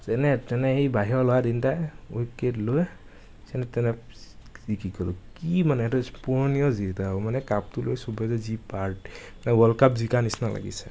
যেনেতেনে সেই বাহিৰৰ ল'ৰা তিনিটাই উইকেট লৈ যেনেতেনে জিকি গ'লো কি মানে এইটো হৈছে স্মৰণীয় জিত এটা আৰু মানে কাপটো লৈ চবৰে যি পাগ মানে ৱৰ্ল্ড কাপ জিকাৰ নিচিনা লাগিছে